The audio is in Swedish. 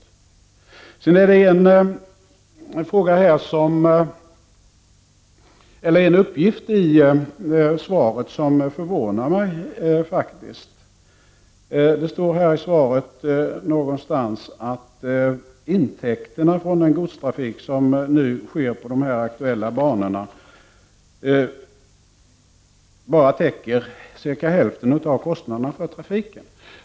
Sedan är det en uppgift i svaret som förvånar mig. Det står i svaret någonstans att intäkterna från den godstrafik som nu sker på de aktuella banorna bara täcker ca hälften av kostnaderna för trafiken.